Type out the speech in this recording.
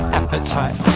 appetite